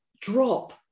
drop